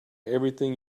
everything